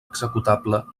executable